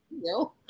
No